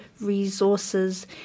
resources